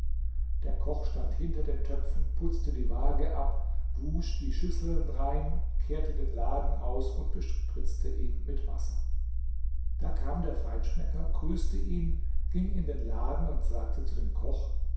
der koch stand hinter den töpfen putzte die waage ab wusch die schüsseln rein kehrte den laden aus und bespritzte ihn mit wasser da kam der feinschmecker grüßte ihn ging in den laden und sagte zu dem koch